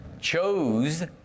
chose